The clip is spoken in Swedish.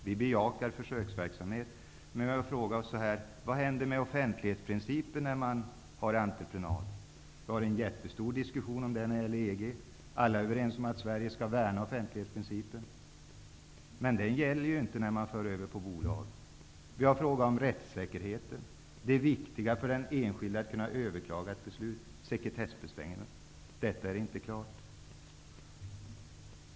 Vi bejakar försöksverksamhet, men vi har frågat oss vad som händer med offentlighetsprincipen när man lägger ut verksamheter på entreprenad. Vi har en jättestor diskussion om detta när det gäller EG, och alla är överens om att Sverige skall värna offentlighetsprincipen, men den gäller inte när man för över verksamheter till bolag. Det är också viktigt för den enskilde att kunna överklaga ett beslut, och det är inte klart vad som händer med sekretessbestämmelserna.